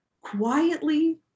quietly